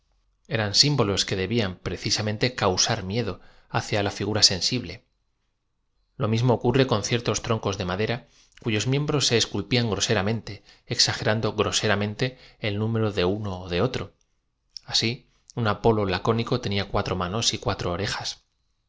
eran símbolos que debían precisamente causar miedo hacia la flgura sensible l o mismo ocurre con ciertos troncos de m adera cuyos miembros so esculpían groseramente exagerando gro seramente el nmero de uno de otro un a polo lacónico tenia cuatro manos j cuatro orejas